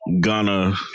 Ghana